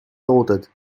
salted